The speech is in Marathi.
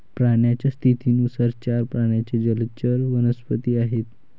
पाण्याच्या स्थितीनुसार चार प्रकारचे जलचर वनस्पती आहेत